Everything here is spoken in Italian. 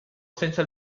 senza